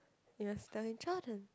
you just tell him Jordan